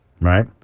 right